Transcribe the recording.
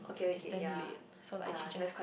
is damn late so like she just